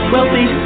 Wealthy